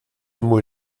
muy